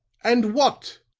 and what,